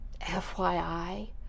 FYI